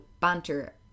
Banter